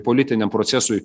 politiniam procesui